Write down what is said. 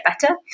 better